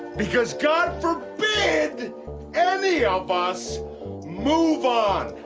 because god forbid any of us move on.